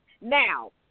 Now